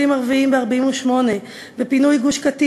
שהוא אומר שאם 80 חברי וחברות הבית הזה